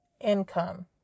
income